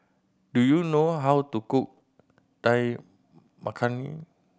do you know how to cook Dal Makhani